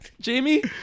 Jamie